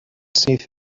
syth